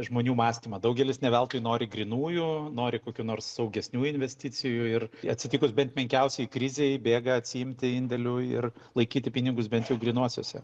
žmonių mąstymą daugelis ne veltui nori grynųjų nori kokių nors saugesnių investicijų ir atsitikus bent menkiausiai krizei bėga atsiimti indėlių ir laikyti pinigus bent jau grynosiose